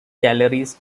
galleries